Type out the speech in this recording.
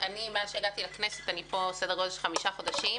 מאז שהגעתי לכנסת, לפני כחמישה חודשים,